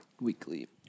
weekly